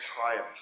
triumph